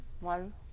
One